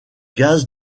gaz